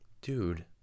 dude